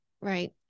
right